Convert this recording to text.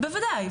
בוודאי.